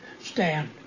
stand